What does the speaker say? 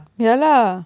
ya lah